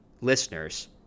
listeners